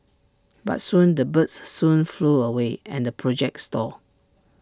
but soon the birds soon flew away and the project stalled